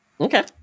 Okay